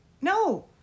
No